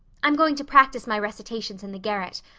i'm going to practice my recitations in the garret.